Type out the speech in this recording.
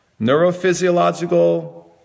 neurophysiological